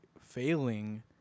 failing